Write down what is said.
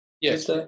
Yes